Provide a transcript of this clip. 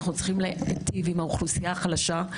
אנחנו צריכים להיטיב עם האוכלוסייה החלשה.